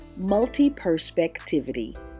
multi-perspectivity